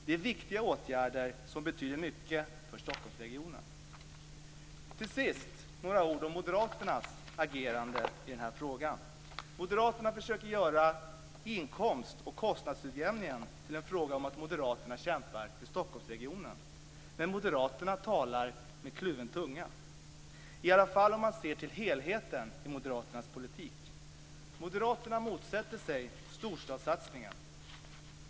Det är viktiga åtgärder som betyder mycket för Till sist vill jag säga några ord om moderaternas agerande i den här frågan. Moderaterna försöker göra inkomst och kostnadsutjämningen till en fråga om att moderaterna kämpar för Stockholmsregionen. Men moderaterna talar med kluven tunga, i alla fall om man ser till helheten i moderaternas politik. Moderaterna motsätter sig storstadssatsningen.